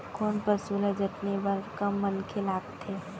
कोन पसु ल जतने बर कम मनखे लागथे?